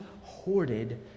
hoarded